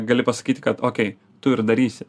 gali pasakyti kad okei tu ir darysi